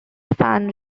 fan